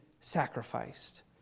sacrificed